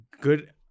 good